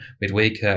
midweek